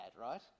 right